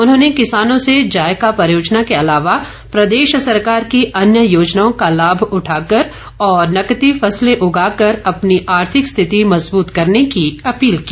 उन्होंने किसानों से जायका परियोजना के अलावा प्रदेश सरकार की अन्य योजनाओं का लाभ उठाकर और नकदी फसलें उगाकर अपनी आर्थिक स्थिति मजबूत करने की अपील की